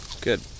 good